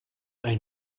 ein